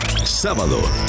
Sábado